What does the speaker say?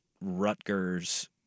Rutgers